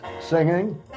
singing